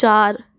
چار